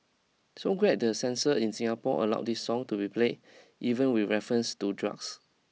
so glad the censor in Singapore allowed this song to be played even with references to drugs